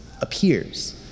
appears